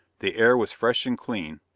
the air was fresh and clean,